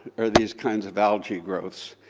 are these kinds of algae growths,